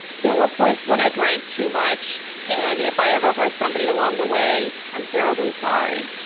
there were points when i drank too much and if i ever hurt somebody along the way i'm terribly sorry